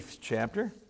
chapter